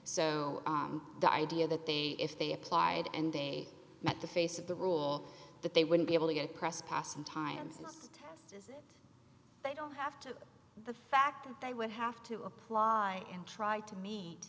so the idea that they if they applied and they met the face of the rule that they wouldn't be able to get a press pass in time since they don't have to the fact that they would have to apply and try to me